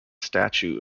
statue